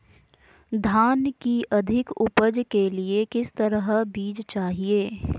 धान की अधिक उपज के लिए किस तरह बीज चाहिए?